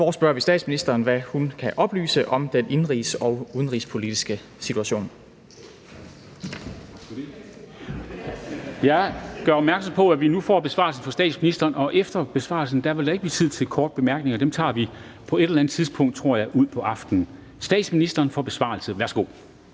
forespørger statsministeren om, hvad hun kan oplyse om den indenrigs- og udenrigspolitiske situation.